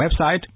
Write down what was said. website